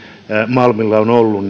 malmilla on ollut